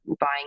buying